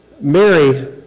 Mary